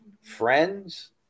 friends